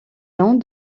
noms